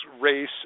race